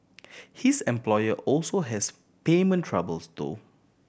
his employer also has payment troubles though